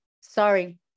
Sorry